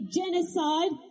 genocide